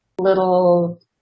little